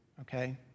okay